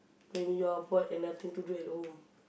when you are bored and nothing to do at home